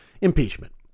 impeachment